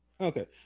Okay